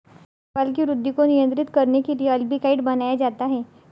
शैवाल की वृद्धि को नियंत्रित करने के लिए अल्बिकाइड बनाया जाता है